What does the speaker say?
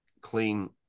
clean